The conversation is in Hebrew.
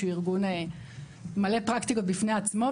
שהוא ארגון מלא פרקטיקות בפני עצמו,